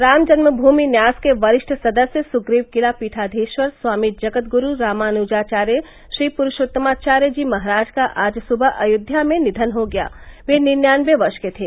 रामजन्मूमि न्यास के वरिष्ठ सदस्य सुग्रीवकिला पीठाधीश्वर स्वामी जगदगुरु रामानुजाचार्य श्री पुरुषोत्तमाचार्य जी महाराज का आज सुबह अयोध्या में निधन हो गया वे निन्यानबे वर्ष के थे